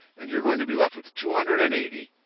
and you are going to be left with two hundred and eighty